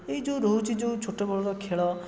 ଏଇ ଯେଉଁ ରହୁଛି ଯେଉଁ ଛୋଟବେଳର ଖେଳ